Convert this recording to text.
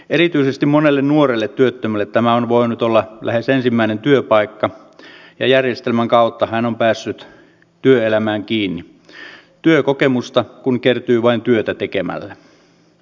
erityisesti monelle nuorelle työttömälle tämä on voinut olla lähes ensimmäinen työpaikka ja järjestelmän kautta hän on päässyt työelämään kiinni työkokemusta kun kertyy vain työtä tekemällä